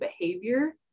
behavior